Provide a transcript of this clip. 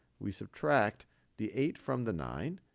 we subtract the eight from the nine.